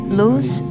lose